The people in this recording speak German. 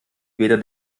weder